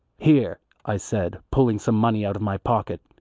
here, i said, pulling some money out of my pocket,